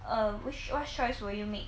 err which what choice will you make